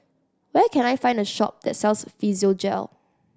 where can I find a shop that sells Physiogel